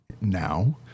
now